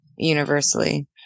universally